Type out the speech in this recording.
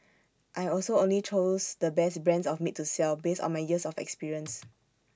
I also only choose the best brands of meat to sell based on my years of experience